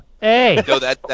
Hey